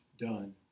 done